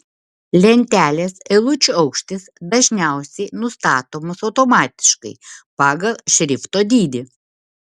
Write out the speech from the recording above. lentelės eilučių aukštis dažniausiai nustatomas automatiškai pagal šrifto dydį